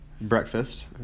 breakfast